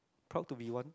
thought to be one